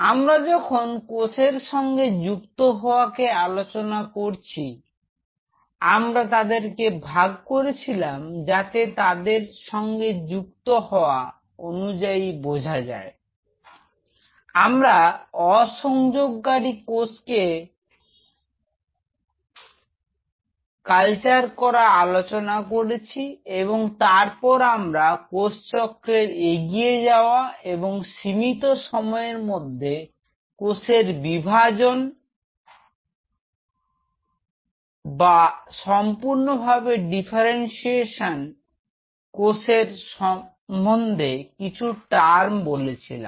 আমরা যখন কোষের সঙ্গে যুক্ত হওয়াকে আলোচনা করেছি আমরা তাদেরকে ভাগ করেছিলাম যাতে তাদের সঙ্গে যুক্ত হওয়া অনুযায়ী বোঝা যায় আমরা অসংযোগ কারি কোষ কে কর্ষণ করা আলোচনা করেছি এবং তারপর আমরা কোষচক্রের এগিয়ে যাওয়া এবং সীমিত সময়ের মধ্যে কোষের বিভাজন বা সম্পূর্ণভাবে ডিফারেনশিয়েট কোষ এর সম্বন্ধে কিছু টার্ম বলেছিলাম